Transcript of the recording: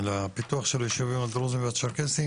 על הפיתוח של היישובים הדרוזים והצ'רקסים